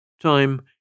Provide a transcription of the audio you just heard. Time